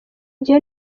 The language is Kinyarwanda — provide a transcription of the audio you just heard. gihe